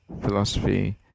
philosophy